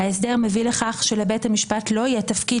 ההסדר מביא לכך שלבית המשפט לא יהיה תפקיד